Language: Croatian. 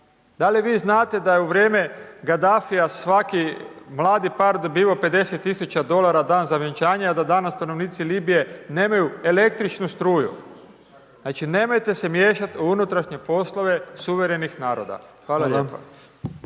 Da li vi znate da je u vrijeme Gadafija svaki mladi par dobivao 50 000 dolara dan za vjenčanje, a danas stanovnici Libije nemaju električnu struju? Znači, nemojte se miješat u unutrašnje poslove suverenih naroda. Hvala